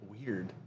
Weird